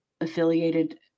affiliated